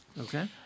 okay